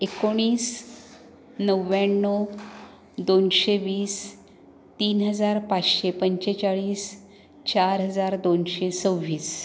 एकोणीस नव्याण्णव दोनशे वीस तीन हजार पाचशे पंचेचाळीस चार हजार दोनशे सव्वीस